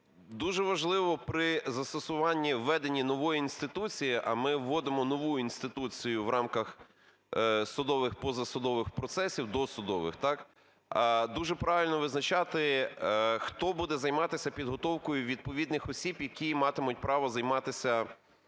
Дуже важливо при застосуванні, введенні нової інституції, а ми вводимо нову інституцію в рамках судових, позасудових процесів, досудових, так, дуже правильно визначати, хто буде займатися підготовкою відповідних осіб, які матимуть право займатися…